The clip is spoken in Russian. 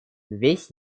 весь